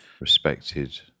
respected